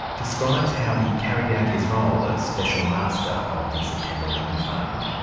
describes how he carried out his role as special master of the september eleven fund.